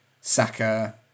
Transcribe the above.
Saka